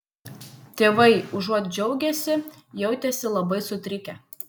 tėvai užuot džiaugęsi jautėsi labai sutrikę